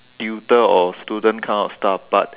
tutor or student kind of stuff but